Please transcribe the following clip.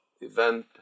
event